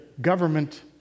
government